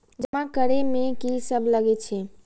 जमा करे में की सब लगे छै?